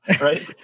right